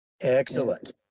Excellent